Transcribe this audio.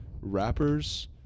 rappers